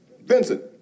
Vincent